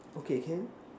okay can